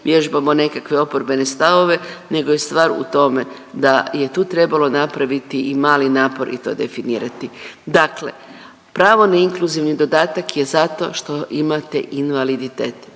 vježbamo nekakve oporbene stavove nego je stvar u tome da je tu trebalo napraviti i mali napor i to definirati. Dakle, pravo na inkluzivni dodatak je zato što imate invaliditet,